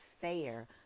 fair